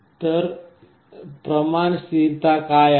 तर प्रमाण स्थिरता काय आहे